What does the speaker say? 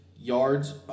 Yards